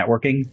networking